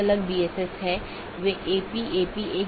16 bit से 216 संख्या संभव है जो कि एक बहुत बड़ी संख्या है